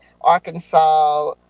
Arkansas